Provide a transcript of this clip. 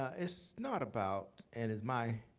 ah it's not about, and as my